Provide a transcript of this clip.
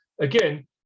Again